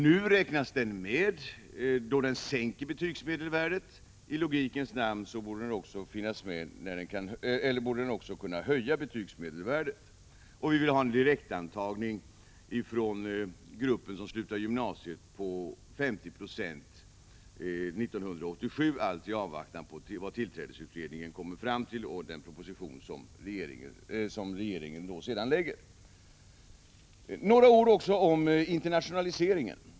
Nu räknas den med när den sänker betygsmedelvärdet — i logikens namn borde den också kunna höja betygsmedelvärdet. Vidare vill vi ha en direktantagning på 50 96 1987 från den grupp som slutar gymnasiet, allt i avvaktan på vad tillträdesutredningen kommer fram till och den proposition som sedan framläggs. Jag vill också säga något om internationaliseringen.